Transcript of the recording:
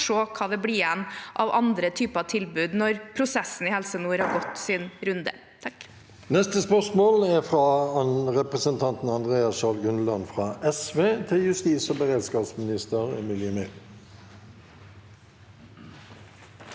man se hva som blir igjen av andre typer tilbud når prosessen i Helse nord har gått sin runde.